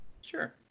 Sure